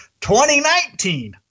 2019